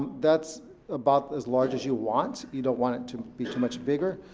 that's about as large as you want. you don't want it to be too much bigger,